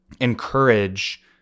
encourage